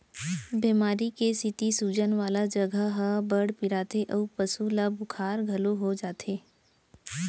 बेमारी के सेती सूजन वाला जघा ह बड़ पिराथे अउ पसु ल बुखार घलौ हो जाथे